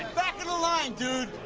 back of the line, dude.